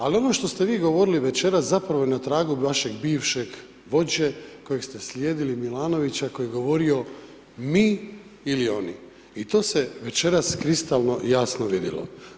Ali ono što ste vi govorili večeras zapravo je na tragu vašeg bivšeg vođe kojeg ste slijedili Milanovića, koji je govorio mi ili oni i to se večeras kristalno jasno vidilo.